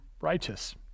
righteous